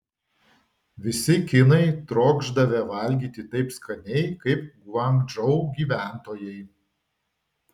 visi kinai trokšdavę valgyti taip skaniai kaip guangdžou gyventojai